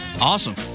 Awesome